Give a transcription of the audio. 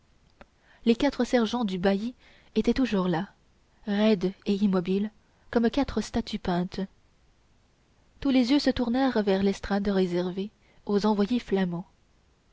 les quatre sergents du bailli étaient toujours là roides et immobiles comme quatre statues peintes tous les yeux se tournèrent vers l'estrade réservée aux envoyés flamands